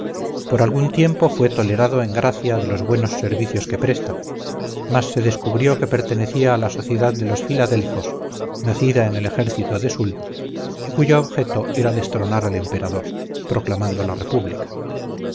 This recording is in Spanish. por algún tiempo fue tolerado en gracia de los buenos servicios que presta mas se descubrió que pertenecía a la sociedad de los filadelfos nacida en el ejército de soult y cuyo objeto era destronar al emperador proclamando la república